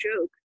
joke